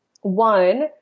one